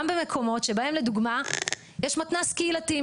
גם במקומות שבהם לדוגמה יש מתנ"ס קהילתי,